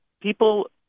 people